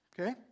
okay